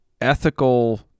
ethical